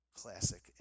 classic